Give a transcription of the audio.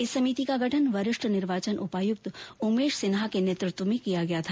इस समिति का गठन वरिष्ठ निर्वाचन उपायुक्त उमेश सिन्हा के नेतृत्व में किया गया था